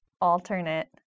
alternate